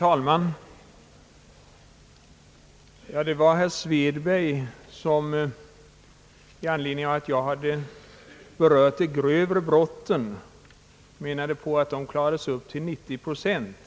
Herr talman! Med anledning av vad jag sade om de grövre brotten förklarade herr Svedberg att de klarades upp till 90 procent.